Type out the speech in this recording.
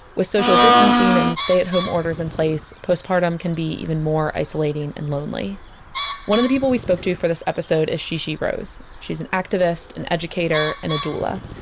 with social distancing and stay at home orders in place, postpartum can be even more isolating and lonely one of the people we spoke to for this episode is shishi rose. she's an activist, an and educator and a doula.